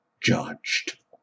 judged